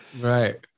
right